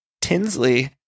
Tinsley